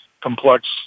complex